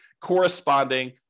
corresponding